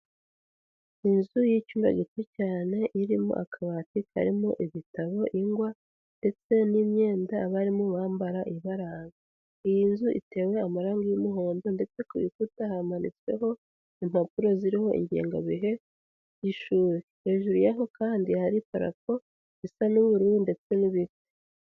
Inzu y'icyubma gito cyane irimo akabati karimo ibitabo, ingwa ndetse n'imyenda abarimu bambara ibaranga, iyi nzu itewe amarangi y'umuhondo ndetse ku rukuta hamanitsweho impapuro ziriho ingengabihe y'ishuri, hejuru yaho kandi hari parafo isa n'ubururu ndetse n'ibiti.